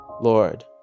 Lord